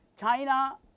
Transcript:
China